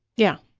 yeah.